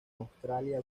australia